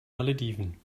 malediven